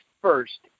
first